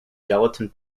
gelatin